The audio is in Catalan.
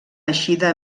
eixida